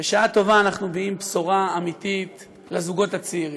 בשעה טובה אנחנו מביאים בשורה אמיתית לזוגות הצעירים.